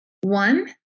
One